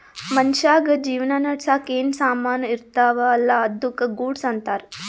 ಮನ್ಶ್ಯಾಗ್ ಜೀವನ ನಡ್ಸಾಕ್ ಏನ್ ಸಾಮಾನ್ ಇರ್ತಾವ ಅಲ್ಲಾ ಅದ್ದುಕ ಗೂಡ್ಸ್ ಅಂತಾರ್